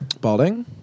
Balding